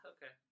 Okay